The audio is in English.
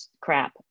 crap